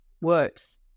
works